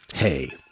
Hey